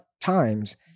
times